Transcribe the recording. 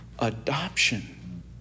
adoption